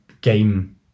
game